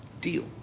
deal